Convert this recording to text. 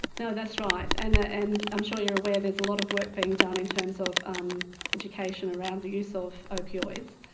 so that's right, and ah and i'm sure you're aware there's a lot of work being done in terms of um education around the use of opioids.